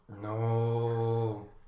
No